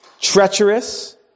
treacherous